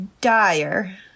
dire